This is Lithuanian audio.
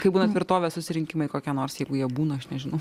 kai būna tvirtovės susirinkimai kokie nors jeigu jie būna aš nežinau